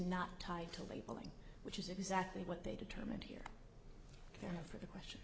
not tied to labeling which is exactly what they determined here for the question